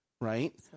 Right